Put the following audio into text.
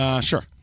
Sure